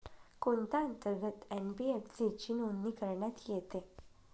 कोणत्या अंतर्गत एन.बी.एफ.सी ची नोंदणी करण्यात येते?